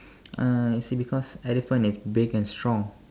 uh see because elephant is big and strong